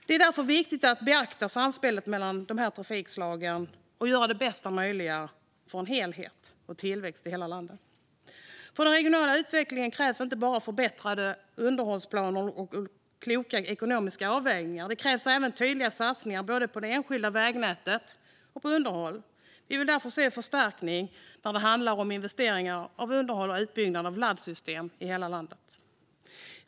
Det är därför viktigt att beakta samspelet mellan samtliga transportslag och göra det bästa möjliga för tillväxt i hela landet. För den regionala utvecklingen krävs inte bara förbättrade underhållsplaner och kloka ekonomiska avvägningar; det krävs även tydliga satsningar både på det enskilda vägnätet och på underhåll. Vi vill därför se förstärkta investeringar i både underhåll och utbyggnad av laddsystem i hela landet.